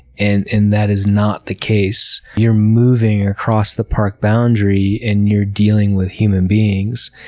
and and that is not the case. you're moving across the park boundary, and you're dealing with human beings,